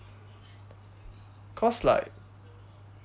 cause like